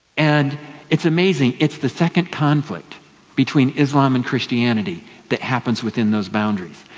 and it's amazing, it's the second conflict between islam and christianity that happens within those boundaries.